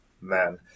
Man